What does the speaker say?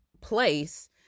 place